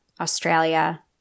Australia